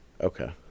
Okay